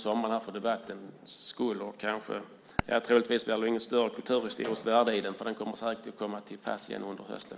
Troligtvis blir det inget större kulturhistoriskt värde i den eftersom den säkert kommer till pass igen under hösten.